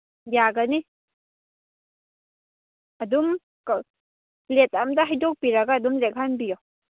ꯌꯥꯒꯅꯤ ꯑꯗꯨꯝ ꯄ꯭ꯂꯦꯠ ꯑꯃꯗ ꯍꯩꯗꯣꯛꯄꯤꯔꯒ ꯑꯗꯨꯝ ꯂꯦꯛꯍꯟꯕꯤꯌꯨ